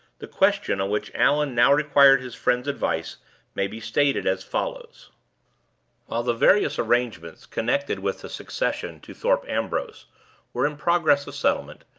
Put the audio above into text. the question on which allan now required his friend's advice may be stated as follows while the various arrangements connected with the succession to thorpe ambrose were in progress of settlement,